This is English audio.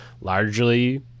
largely